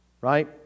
Right